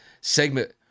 segment